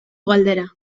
galdera